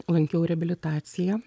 lankiau reabilitaciją